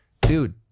dude